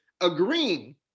agreeing